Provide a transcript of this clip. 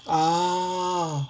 ah